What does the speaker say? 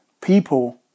People